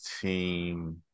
team